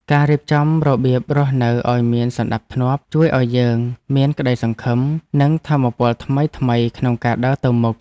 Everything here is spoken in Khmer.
ការរៀបចំរបៀបរស់នៅឱ្យមានសណ្តាប់ធ្នាប់ ជួយឱ្យយើងមានក្តីសង្ឃឹម និងថាមពលថ្មីៗក្នុងការដើរទៅមុខ។